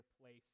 place